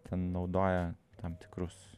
ten naudoja tam tikrus